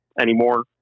anymore